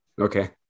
okay